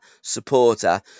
supporter